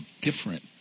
different